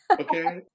Okay